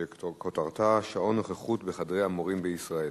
שכותרתה: שעון נוכחות בחדרי המורים בישראל.